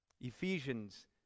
Ephesians